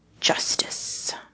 justice